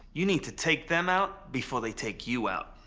you need to take them out before they take you out.